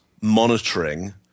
monitoring